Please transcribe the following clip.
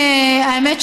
האמת,